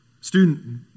student